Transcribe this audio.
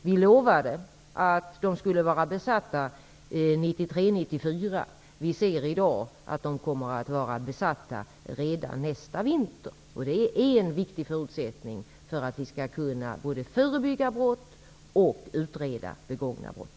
Vi lovade att de skulle vara besatta 1993/94. Vi ser i dag att de kommer att vara besatta redan nästa vinter, och det är en viktig förutsättning för att vi skall kunna både förebygga brott och utreda begångna brott.